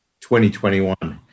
2021